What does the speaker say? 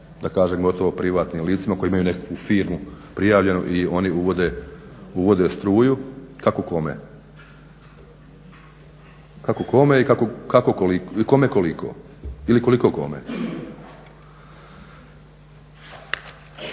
da kažem gotovo privatnim licima koji imaju neku firmu prijavljenu i oni uvode struju kako kome i kome koliko, ili koliko kome.